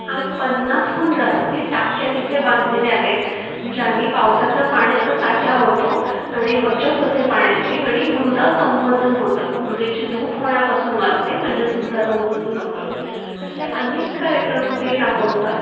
आज पन्नासहून जास्ती टाक्या तिथे बांधलेल्या आहेत ज्याने पावसाचा पाण्याचा साठा होतो आणि बचत होते पाण्याची आणि मृदा संवर्धन होतं मृदेची धूप होण्यापासून वाचते म्हणजेच मृदा संवर्धन होतं असे अनेक कार्यक्रम ते राबवतात